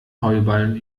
heuballen